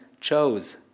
chose